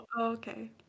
okay